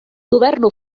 governo